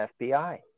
fbi